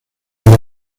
área